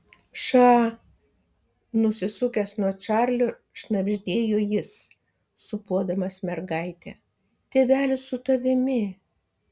ša nusisukęs nuo čarlio šnabždėjo jis sūpuodamas mergaitę tėvelis su tavimi